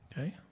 Okay